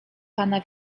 pana